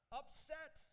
upset